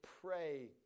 pray